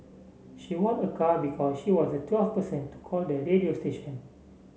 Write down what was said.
she won a car because she was the twelfth person to call the radio station